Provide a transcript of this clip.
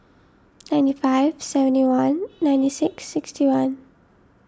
ninety five seventy one ninety six sixty one